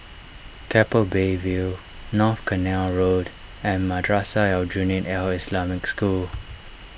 Keppel Bay View North Canal Road and Madrasah Aljunied Al Islamic School